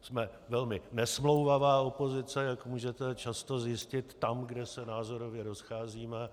Jsme velmi nesmlouvavá opozice, jak můžete často zjistit, tam, kde se názorově rozcházíme.